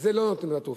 לא נותנים לו את התרופה.